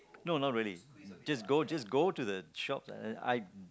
no no really just go just go the the shop I